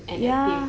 ya